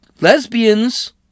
lesbians